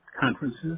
conferences